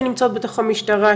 שנמצאות בתוך המשטרה,